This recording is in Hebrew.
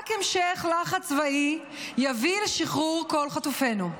רק המשך לחץ צבאי יביא לשחרור כל חטופינו.